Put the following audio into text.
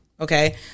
Okay